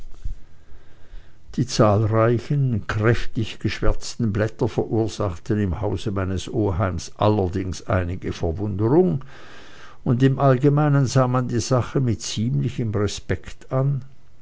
die zahlreichen kräftig geschwärzten blätter verursachten im hause meines oheims allerdings einige verwunderung und im allgemeinen sah man die sache mit ziemlichem respekt an